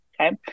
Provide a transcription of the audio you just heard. Okay